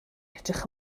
edrych